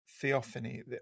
theophany